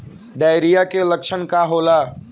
Diarrhoea के लक्षण का होला?